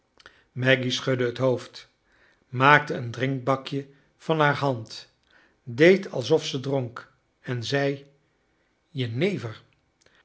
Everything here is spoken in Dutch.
maggy jlaggy schudde het hoofd maakte een drinkbakje van haar hand deed alsof zij dronk en zei jenever